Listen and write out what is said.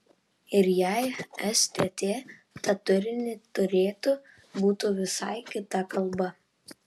ir jei stt tą turinį turėtų būtų visai kita kalba